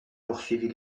poursuivit